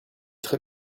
très